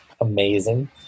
amazing